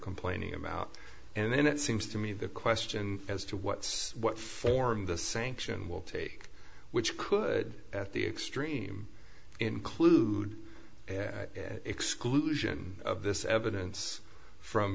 complaining about and it seems to me the question as to what's what form the sanction world which could at the extreme include exclusion of this evidence from